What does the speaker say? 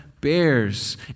bears